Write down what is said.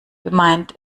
gemeint